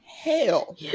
hell